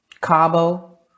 Cabo